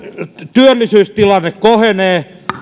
työllisyystilanne kohenee